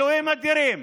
אלוהים אדירים,